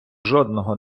жодного